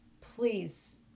please